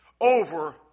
over